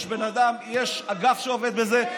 יש אגף שעובד בזה.